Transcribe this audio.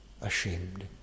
ashamed